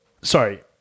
sorry